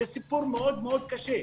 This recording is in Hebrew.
זה סיפור מאוד מאוד קשה.